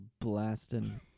blasting